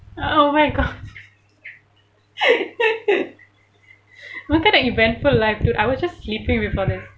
oh my god what kind of eventful life dude I was just sleeping before this